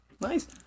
nice